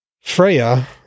Freya